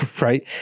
right